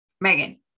Megan